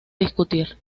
discutir